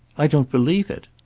i don't believe it.